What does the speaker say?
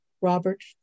Robert